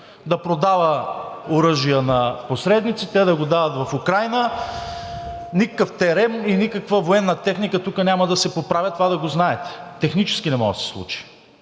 да продава оръжия на посредници, те да го дават в Украйна. Никакъв ТЕРЕМ и никаква военна техника тук няма да се поправя, това да го знаете. Технически не може да се случи!